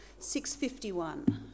651